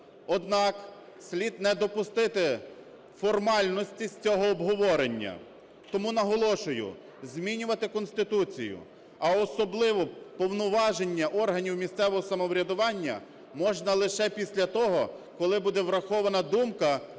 однак слід не допустити формальності з цього обговорення. Тому наголошую: змінювати Конституцію, а особливо повноваження органів місцевого самоврядування, можна лише після того, коли буде врахована думка